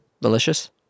malicious